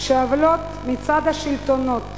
שעוולות מטעם השלטונות